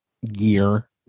year